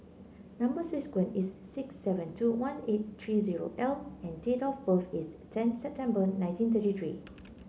number sequence is S six seven two one eight three zero L and date of birth is ten September nineteen thirty three